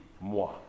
moi